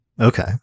Okay